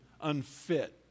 unfit